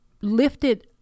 lifted